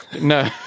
No